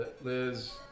Liz